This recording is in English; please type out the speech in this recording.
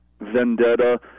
vendetta